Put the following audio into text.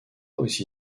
aussi